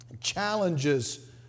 challenges